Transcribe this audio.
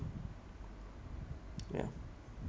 ya